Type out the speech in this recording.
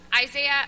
Isaiah